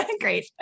great